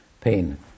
pain